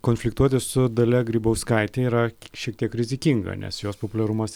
konfliktuoti su dalia grybauskaite yra šiek tiek rizikinga nes jos populiarumas